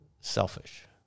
selfish